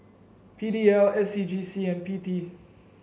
P D L S C G C and P T